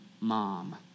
mom